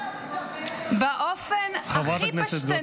מתי החלטת לעבור ליש עתיד --- חברת הכנסת טלי